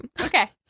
okay